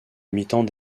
imitant